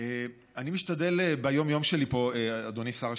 אדוני שר השיכון,